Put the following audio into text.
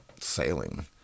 sailing